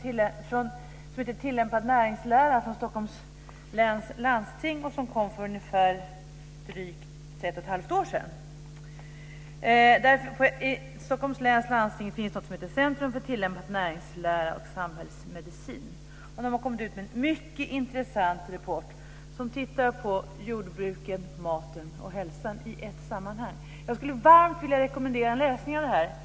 Det är en rapport om tillämpad näringslära från Stockholms läns landsting som kom för drygt ett och ett halvt år sedan. Vid Stockholms läns landsting finns något som heter Centrum för Tillämpad Näringslära, Samhällsmedicin. Man har kommit ut med en mycket intressant rapport som tittar på jordbruket, maten och hälsan i ett sammanhang. Jag skulle varmt vilja rekommendera en läsning av den här.